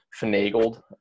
finagled